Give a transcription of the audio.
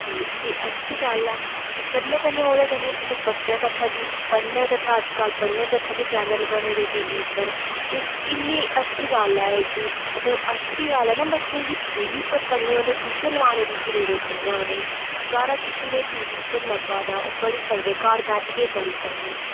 ते एह् अच्छी गल्ल ऐ ते कन्नै कन्नै ओह्दे कन्नै मतलब बच्चें कथै बी पढ़ने कथै अज्जकल पढ़ने कुथै बी चैनल बने दे टीवी उप्पर ते किन्नी अच्छी गल्ल ऐ कि मतलब अच्छी गल्ल ऐ ना कि बच्चें गी टीवी उप्पर मतलब ट्यूशन लुआने दी जरूरत नेई ऐ उनें सारा किश उनेंगी टीवी उप्पर लब्भै दा ओह् पढ़ी सकदे घर बैठियै पढ़ी सकदे